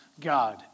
God